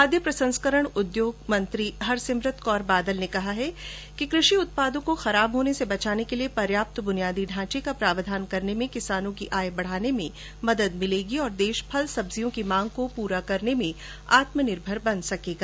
खाद्य प्रसंस्करण उद्योग मंत्री हरसिमरत कौर बादल ने कहा है कि कृषि उत्पादों को खराब होने से बचाने के लिए पर्याप्त बुनियादी ढांचे का प्रावधान करने से किसानों की आय बढ़ाने में मदद मिलेगी और देश फल सब्जियों की मांग को पूरा करने में आत्मनिर्भर बन सकेगा